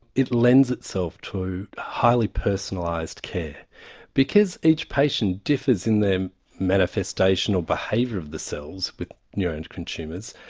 it lends itself to highly personalised care because each patient differs in their manifestation or behaviour of the cells with neuroendocrine tumours,